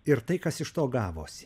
ir tai kas iš to gavosi